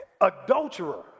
Adulterer